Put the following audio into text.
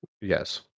Yes